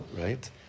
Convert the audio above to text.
right